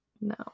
No